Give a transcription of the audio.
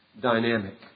dynamic